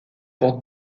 pour